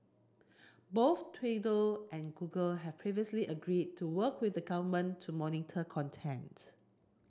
both Twitter and Google have previously agreed to work with the government to monitor content